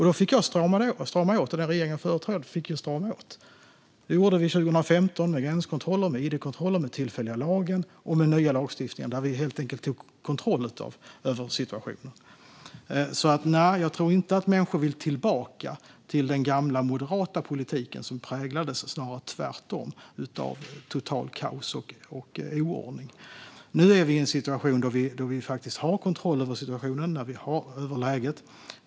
Då fick jag och den regering som jag företrädde strama åt. Det gjorde vi 2015 med gränskontroller, id-kontroller, den tillfälliga lagen och med den nya lagstiftningen, där vi helt enkelt tog kontroll över situationen. Nej, jag tror inte att människor vill tillbaka till den gamla moderata politiken, som snarare tvärtom präglades av totalt kaos och oordning. Nu har vi faktiskt kontroll över situationen och läget.